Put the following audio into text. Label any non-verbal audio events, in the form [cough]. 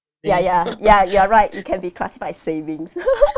ya ya ya you're right it can be classified as savings [laughs]